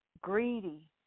Greedy